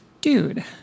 dude